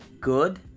Good